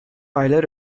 aylar